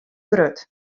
grut